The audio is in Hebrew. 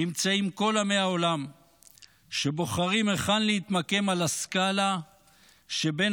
נמצאים כל עמי העולם שבוחרים היכן להתמקם על הסקאלה שבין